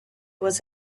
was